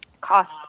cost